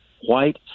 white